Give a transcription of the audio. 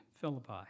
Philippi